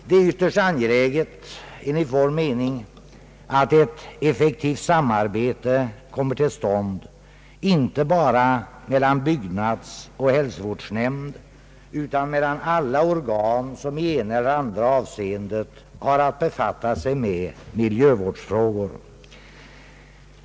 Det är ytterst angeläget, enligt vår mening, att ett effektivt samarbete kommer till stånd, inte bara mellan byggnadsoch hälsovårdsnämnd utan mellan alla organ som i ena eller andra avseendet har att befatta sig med miljövårdsfrågor.